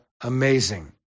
amazing